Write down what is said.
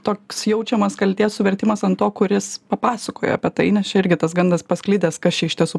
toks jaučiamas kaltės suvertimas ant to kuris papasakojo apie tai nes čia irgi tas gandas pasklidęs kas čia iš tiesų